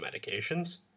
medications